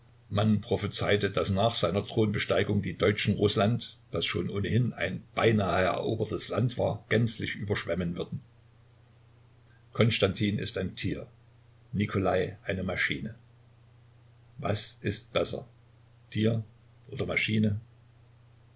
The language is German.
man prophezeite daß nach seiner thronbesteigung die deutschen rußland das schon ohnehin ein beinahe erobertes land war gänzlich überschwemmen würden konstantin ist ein tier nikolai eine maschine was ist besser tier oder maschine